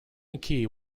mckee